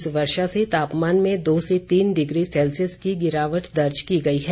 इस वर्षा से तापमान में दो से तीन डिग्री सेल्सियस की गिरावट दर्ज की गई है